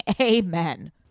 Amen